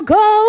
go